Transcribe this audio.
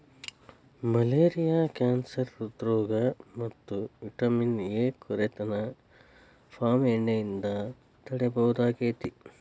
malaria cancer ಹ್ರೃದ್ರೋಗ ಮತ್ತ vitamin A ಕೊರತೆನ ಪಾಮ್ ಎಣ್ಣೆಯಿಂದ ತಡೇಬಹುದಾಗೇತಿ